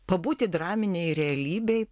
pabūti draminėj realybėj